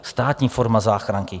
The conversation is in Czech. Státní forma záchranky.